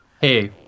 Hey